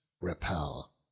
repel